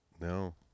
No